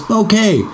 okay